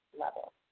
level